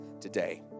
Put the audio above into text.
today